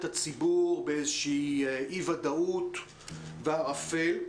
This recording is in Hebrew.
הציבור באי-ודאות וערפל.